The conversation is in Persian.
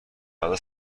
غذا